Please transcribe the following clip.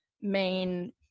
main